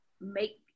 make